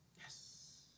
Yes